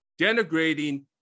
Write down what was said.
denigrating